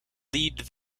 lead